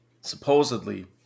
supposedly